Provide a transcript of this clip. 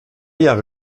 jahre